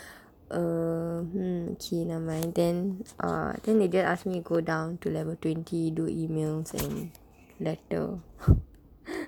err hmm actually nevermind then uh then they go and ask me go down to level twenty do emails and letter